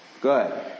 Good